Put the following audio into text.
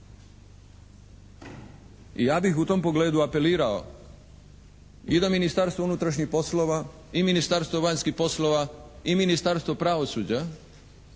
I ja bih u tom pogledu apelirao i da Ministarstvo unutrašnjih poslova i Ministarstvo vanjskih poslova i Ministarstvo pravosuđa